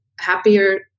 happier